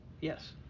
Yes